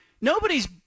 nobody's